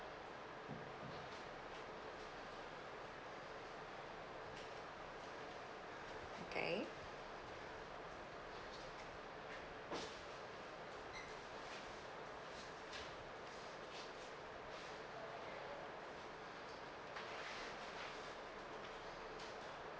okay